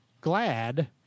Glad